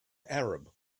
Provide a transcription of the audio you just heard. arab